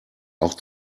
auch